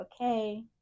okay